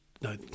no